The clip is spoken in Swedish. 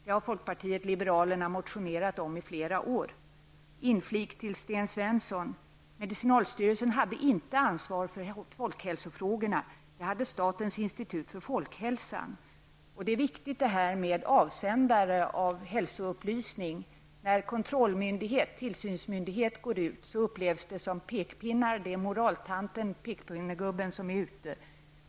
Det har folkpartiet libralerna motionerat om i flera år. Jag vill till Sten Svensson inflika att medicinalstyrelsen inte hade ansvar för folkhälsofrågor. Det hade statens institut för folkhälsan och det är viktigt med avsändare av hälsoupplysning. När kontrollmyndighet -- tillsynsmyndighet -- går ut så upplevs det som pekpinnar, det är moraltanten eller pekpinnegubben som är ute.